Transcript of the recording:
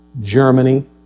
Germany